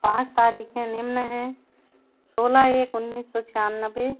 पाँच तारीखें निम्न हैं सोलह एक उन्नीस सौ छियानवे